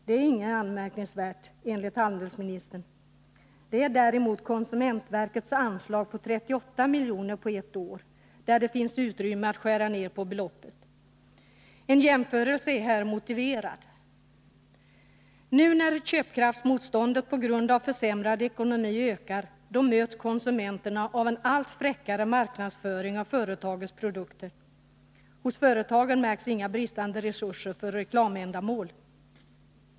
Det är enligt handelsministern ingenting anmärkningsvärt. Det är däremot konsumentverkets anslag på 38 milj.kr. på ett år. Där finns det utrymme att skära ned. En jämförelse är här motiverad. Nu när köpkraftsmotståndet på grund av en försämring av ekonomin ökar, möts konsumenterna av en allt fräckare marknadsföring av företagens produkter. I företagen märks ingen brist på resurser för reklamändamål.